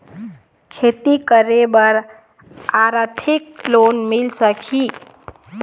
खेती करे बर आरथिक लोन मिल सकही?